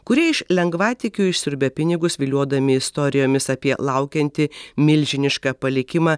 kurie iš lengvatikių išsiurbia pinigus viliodami istorijomis apie laukiantį milžinišką palikimą